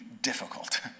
difficult